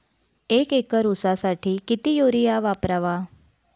एक एकर ऊसासाठी किती युरिया वापरावा?